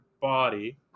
body